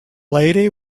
lady